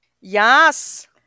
yes